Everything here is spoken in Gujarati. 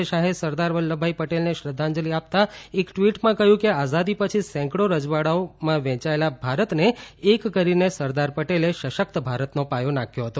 ગૃહમંત્રી અમિત શાહે સરદાર વલ્લભભાઈ પટેલને શ્રદ્ધાંજલિ આપતા એક ટ્વીટમાં કહ્યું કે આઝાદી પછી સેંકન્ઠો રજવાડાઓમાં વેંચાયેલા ભારતને એક કરીને સરદાર પટેલે સશક્ત ભારતનો પાયો નાંખ્યો હતો